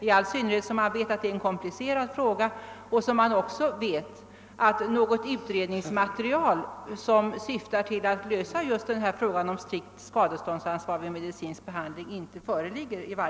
Man vet ju, att detta är en komplicerad fråga och man vet också att utredningsmaterial för att lösa frågan om strikt skadeståndsansvar vid medicinsk behandling inte föreligger.